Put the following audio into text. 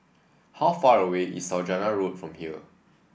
how far away is Saujana Road from here